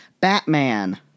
batman